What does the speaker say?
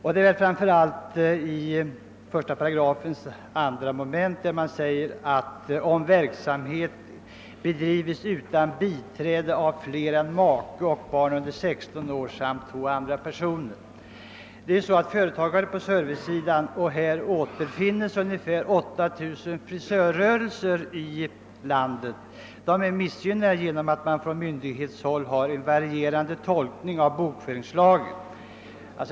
I 1 § sägs bl.a. att om verksamhet bedrivs utan biträde av fler än make och barn under 16 år samt två andra personer föreligger inte bokföringsplikt. Företagare på servicesidan — här återfinns bl.a. ca 8000 frisörrörelser — är missgynnade genom en från myndighetshåll varierande tolkning av bokföringslagen.